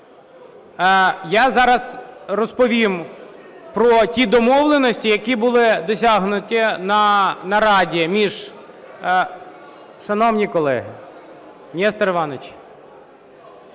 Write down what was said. Я зараз розповім про ті домовленості, які були досягнуті на нараді між… (Шум у залі)